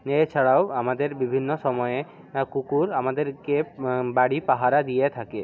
এছাড়াও আমাদের বিভিন্ন সময়ে কুকুর আমাদেরকে বাড়ি পাহারা দিয়ে থাকে